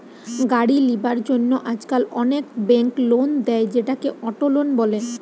গাড়ি লিবার জন্য আজকাল অনেক বেঙ্ক লোন দেয়, সেটাকে অটো লোন বলে